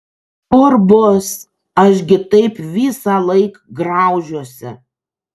kur bus aš gi taip visąlaik graužiuosi